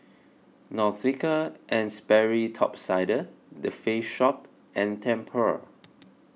Nautica and Sperry Top Sider the Face Shop and Tempur